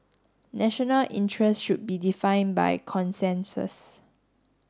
national interest should be define by consensus